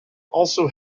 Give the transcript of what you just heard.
also